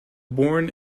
born